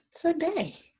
today